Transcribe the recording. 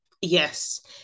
Yes